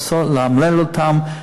לאמלל אותן,